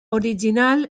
original